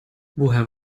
woher